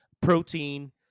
protein